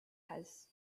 has